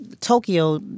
Tokyo